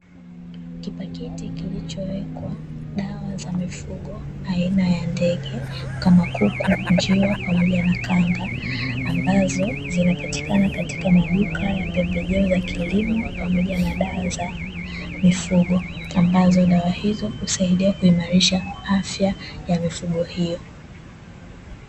Kipakiti kilichowekwa dawa za mifugo aina ya ndege kama kuku, njiwa pamoja na kanga ambazo zinapatikana katika maduka ya pembejeo za kilimo pamoja na dawa za mifugo ambazo dawa hizo husaidia kuimarisha afya ya mifugo hiyo.